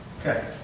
Okay